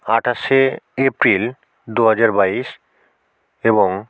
আটাশে April দু হাজার বাইশ এবং